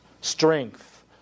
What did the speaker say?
Strength